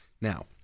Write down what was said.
Now